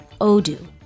Odoo